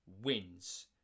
wins